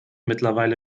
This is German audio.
mittlerweile